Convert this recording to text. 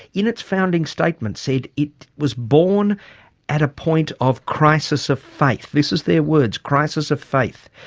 in its founding statement said it was born at a point of crisis of faith. this is their words, crisis of faith,